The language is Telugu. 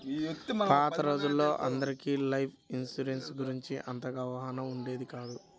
పాత రోజుల్లో అందరికీ లైఫ్ ఇన్సూరెన్స్ గురించి అంతగా అవగాహన ఉండేది కాదు